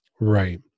Right